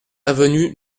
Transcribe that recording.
avenue